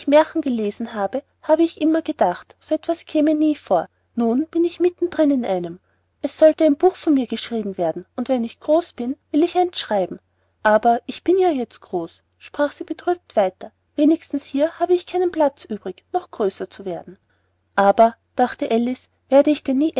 märchen gelesen habe habe ich immer gedacht so etwas käme nie vor nun bin ich mitten drin in einem es sollte ein buch von mir geschrieben werden und wenn ich groß bin will ich eins schreiben aber ich bin ja jetzt groß sprach sie betrübt weiter wenigstens hier habe ich keinen platz übrig noch größer zu werden aber dachte alice werde ich denn nie